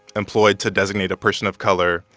employed to designate a person of color,